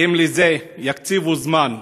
אם יקציבו לזה זמן,